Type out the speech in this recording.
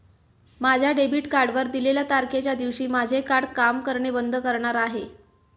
माझ्या डेबिट कार्डवर दिलेल्या तारखेच्या दिवशी माझे कार्ड काम करणे बंद करणार आहे